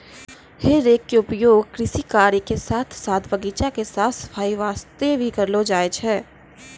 हे रेक के उपयोग कृषि कार्य के साथॅ साथॅ बगीचा के साफ सफाई वास्तॅ भी करलो जाय छै